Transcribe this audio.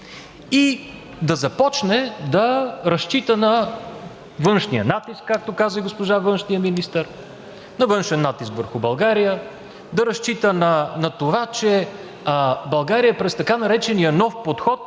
и да започне да разчита на външния начин, както каза госпожа външният министър, на външен натиск върху България, да разчита на това, че България през така наречения нов подход